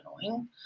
annoying